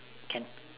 can